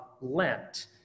Lent